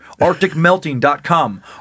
ArcticMelting.com